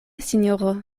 sinjoro